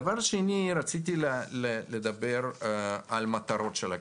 דבר שני, רציתי לדבר על מטרות הקרן.